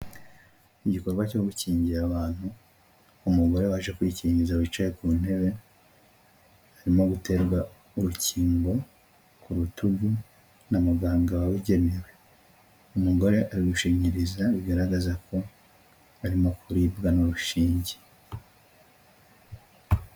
Igikorwa cyo gukingira abantu, umugore waje kwikingiza wicaye ku ntebe, arimo guterwa urukingo ku rutugu na muganga wabigenewe, umugore ari gushinyiriza bigaragaza ko arimo kuribwa n'urushinge.